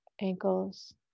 ankles